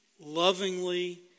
lovingly